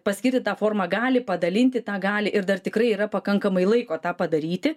paskirti tą formą gali padalinti tą gali ir dar tikrai yra pakankamai laiko tą padaryti